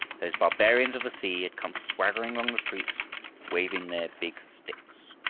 those barbarians of the sea had come swaggering along the streets waving their big sticks.